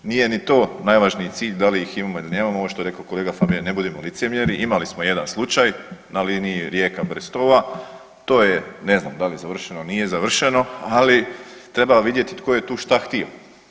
Nije ni to najvažniji cilj da li ih imamo ili nemamo, ovo što je rekao kolega Fabijan ne budimo licemjeri imali smo jedan slučaj na liniji Rijeka-Brestova, to je ne znam da li je završeno, nije završeno, ali treba vidjeti tko je tu šta htio.